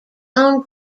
own